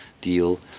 deal